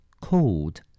cold